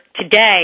today